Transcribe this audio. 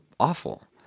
awful